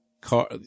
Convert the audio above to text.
car